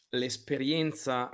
l'esperienza